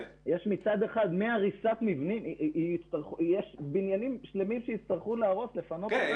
מצד אחד יש בניינים שלמים שיצטרכו לפנות ולהרוס.